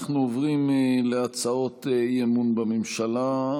אנחנו עוברים להצעות אי-אמון בממשלה.